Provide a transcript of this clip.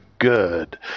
good